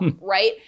right